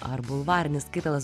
ar bulvarinis skaitalas